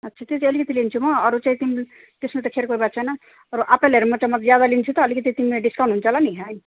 अच्छा त्यो चाहिँ अलिकति लिन्छु म अरू चाहिँ तिम्रो त्यसमा त खेर कोही बात छैन र एप्पलमा चाहिँ म ज्यादा लिन्छु त अलिकति तिमीले डिस्काउन्ट हुन्छ होला नि है